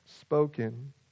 spoken